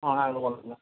अँ आलुवाल्नीको